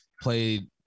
played